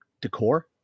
decor